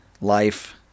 life